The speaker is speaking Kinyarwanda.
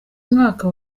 mwaka